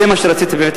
זה מה שרציתי להגיד.